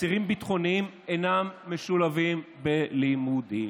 אסירים ביטחוניים אינם משולבים בלימודים.